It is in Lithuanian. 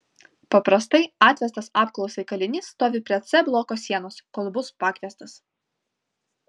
paprastai atvestas apklausai kalinys stovi prie c bloko sienos kol bus pakviestas